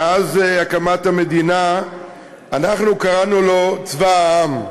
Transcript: מאז הקמת המדינה אנחנו קראנו לו צבא העם,